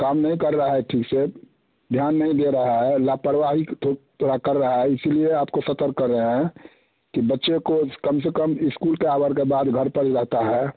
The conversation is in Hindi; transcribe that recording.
काम नहीं कर रहा है ठीक से ध्यान नहीं दे रहा है लापरवाही थोड़ा कर रहा है इसी लिए आपको सतर्क कर रहे हैं कि बच्चे को कम से कम इस्कूल के आवर के बाद घर पर ही रहता है